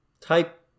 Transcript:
type